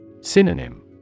Synonym